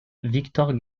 victor